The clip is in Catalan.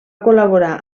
col·laborar